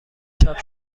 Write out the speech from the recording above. چاپ